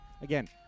Again